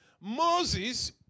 Moses